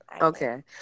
Okay